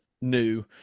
new